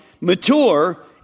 mature